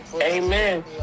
Amen